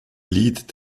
lied